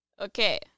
Okay